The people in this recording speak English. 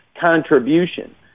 contribution